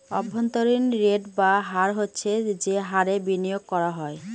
অভ্যন্তরীন রেট বা হার হচ্ছে যে হারে বিনিয়োগ করা হয়